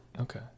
Okay